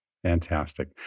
Fantastic